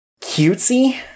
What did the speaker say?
cutesy